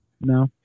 No